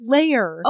Layer